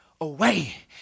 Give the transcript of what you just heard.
away